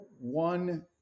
one